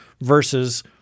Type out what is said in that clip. versus